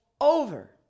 over